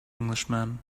englishman